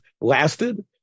lasted